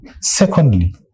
Secondly